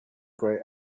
grey